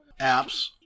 apps